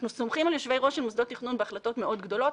אנחנו סומכים על יושבי-ראש מוסדות התכנון בהחלטות מאוד גדולות,